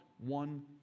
one